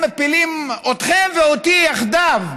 הם מפילים אתכם ואותי יחדיו.